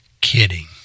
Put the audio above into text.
kidding